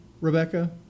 Rebecca